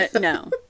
no